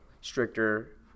stricter